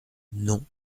non